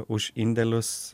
už indėlius